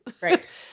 right